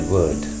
Word